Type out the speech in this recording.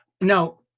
Now